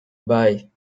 bai